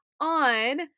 on